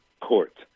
Court